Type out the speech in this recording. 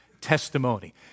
testimony